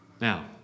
Now